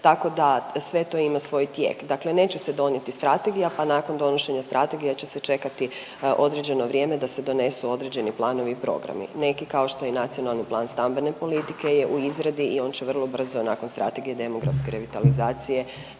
tako da sve to ima svoj tijek. Dakle, neće se donijeti strategija, pa nakon donošenja strategije će se čekati određeno vrijeme da se donesu određeni planovi i programi. Neki kao što je i Nacionalni plan stambene politike je u izradi i on će vrlo brzo nakon Strategije demografske revitalizacije